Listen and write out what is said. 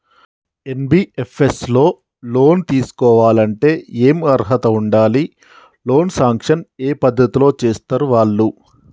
NBFS లో loan తీస్కోవాలంటే ఏం అర్హత ఉండాలి? లోన్ సాంక్షన్ ఏ పద్ధతి లో చేస్తరు వాళ్లు?